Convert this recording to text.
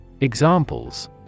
Examples